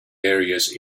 areas